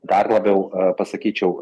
dar labiau pasakyčiau